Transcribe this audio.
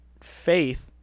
faith